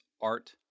Art